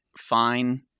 fine